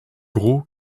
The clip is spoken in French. gros